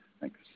Thanks